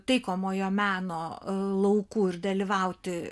taikomojo meno lauku ir dalyvauti